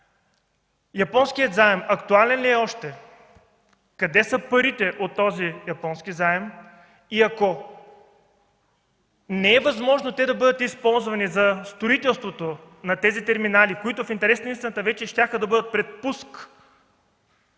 японският заем актуален ли е още? Къде са парите от този японски заем и ако не е възможно те да бъдат използвани за строителството на тези терминали, които в интерес на истината вече щяха да бъдат пред пуск,